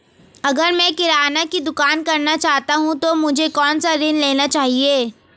अगर मैं किराना की दुकान करना चाहता हूं तो मुझे कौनसा ऋण लेना चाहिए?